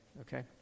okay